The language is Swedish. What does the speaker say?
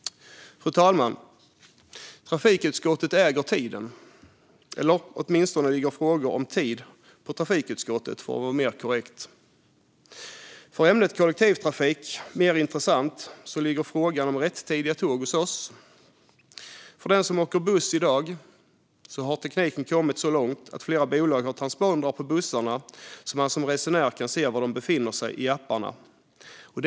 Fru talman! Trafikutskottet äger tiden. Åtminstone ligger frågor om tid hos trafikutskottet, för att vara mer korrekt. När det gäller ämnet kollektivtrafik, mer intressant, ligger frågan om rättidiga tåg hos oss. När det gäller bussar har tekniken kommit så långt att flera bolag i dag har transpondrar på bussarna så att man som resenär kan se i apparna var de befinner sig.